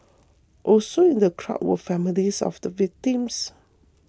also in the crowd were families of the victims